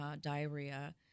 diarrhea